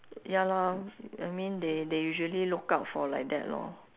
ya lor I mean they they usually look out for like that lor